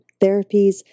therapies